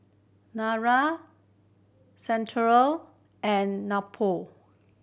Nutren Centrum and Nepro